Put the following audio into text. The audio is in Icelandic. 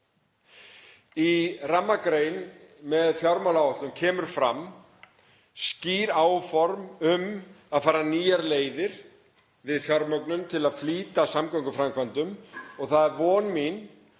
Í rammagrein með fjármálaáætlun koma fram skýr áform um að fara nýjar leiðir við fjármögnun til að flýta samgönguframkvæmdum. Það er von mín,